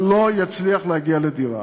הוא לא יצליח להגיע לדירה.